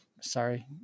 sorry